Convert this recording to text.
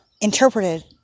interpreted